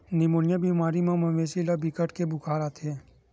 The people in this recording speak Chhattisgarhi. निमोनिया बेमारी म मवेशी ल बिकट के बुखार आथे